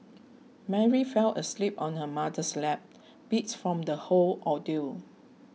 Mary fell asleep on her mother's lap beats from the whole ordeal